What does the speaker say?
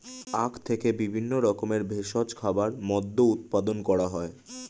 আখ থেকে বিভিন্ন রকমের ভেষজ খাবার, মদ্য উৎপাদন করা হয়